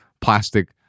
plastic